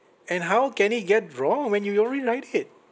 and how can he get wrong when you already write it